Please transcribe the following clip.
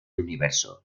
universo